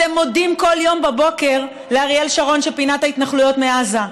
אתם מודים כל יום בבוקר לאריאל שרון שפינה את ההתנחלויות מעזה,